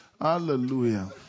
Hallelujah